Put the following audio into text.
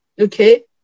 okay